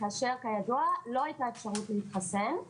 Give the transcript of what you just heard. כאשר כידוע לא היתה אפשרות להתחסן,